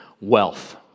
wealth